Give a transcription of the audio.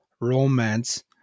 romance